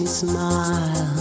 smile